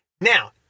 Now